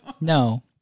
No